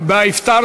לפתוח את